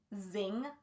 zing